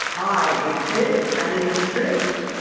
i did too. and in the street.